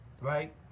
right